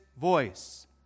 voice